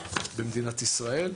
במדינת ישראל.